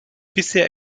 bisher